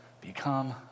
Become